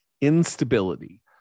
instability